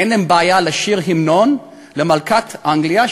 אין להם בעיה לשיר המנון למלכת אנגליה,